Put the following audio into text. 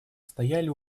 стояли